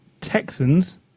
Texans